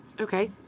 Okay